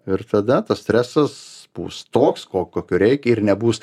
ir tada tas stresas bus toks ko kokio reikia ir nebus